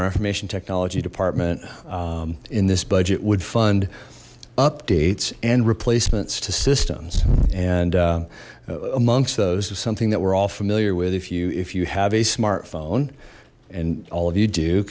information technology department in this budget would fund updates and replacements to systems and amongst those is something that we're all familiar with if you if you have a smart phone and all of you do